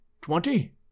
Twenty